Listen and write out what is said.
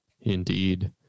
Indeed